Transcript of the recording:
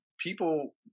people –